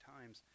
times